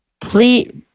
please